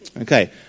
Okay